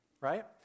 right